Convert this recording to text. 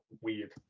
weird